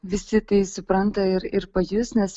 visi tai supranta ir ir pajus nes